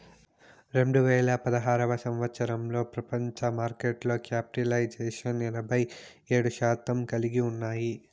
రెండు వేల పదహారు సంవచ్చరంలో ప్రపంచ మార్కెట్లో క్యాపిటలైజేషన్ ఎనభై ఏడు శాతం కలిగి ఉన్నాయి